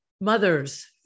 mothers